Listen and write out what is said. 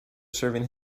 serving